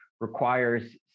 requires